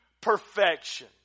perfection